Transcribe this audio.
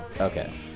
Okay